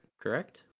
Correct